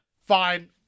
Fine